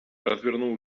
развернул